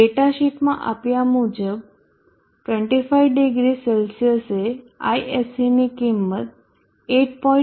data શીટમાં આપ્યા મુજબ 250C એ ISC ની કિંમત 8